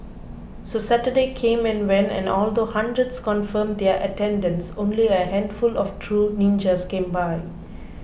so Saturday came and went and although hundreds confirmed their attendance only a handful of true ninjas came by